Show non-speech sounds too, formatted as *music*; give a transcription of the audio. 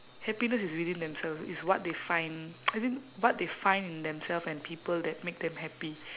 happiness is within themselves it's what they find *noise* as in what they find in themselves and people that make them happy